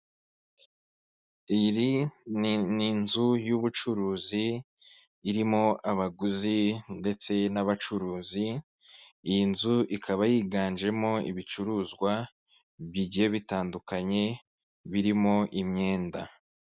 Iyi ni inzu y'ubucuruzi irimo abaguzi ndetse n'abacuruzi, iyi nzu ikaba yiganjemo ibicuruzwa bigiye bitandukanye birimo imyenda.